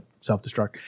self-destruct